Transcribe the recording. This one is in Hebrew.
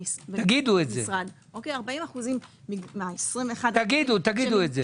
40%. תגידו את זה,